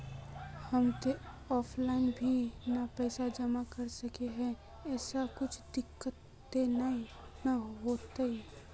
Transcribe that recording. हम ते ऑफलाइन भी ते पैसा जमा कर सके है ऐमे कुछ दिक्कत ते नय न होते?